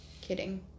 Kidding